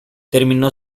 terminó